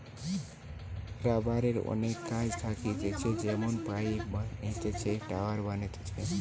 রাবারের অনেক কাজ থাকতিছে যেমন পাইপ বানাতিছে, টায়ার হতিছে